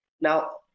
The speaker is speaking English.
Now